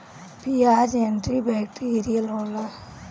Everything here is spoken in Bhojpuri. पियाज एंटी बैक्टीरियल होला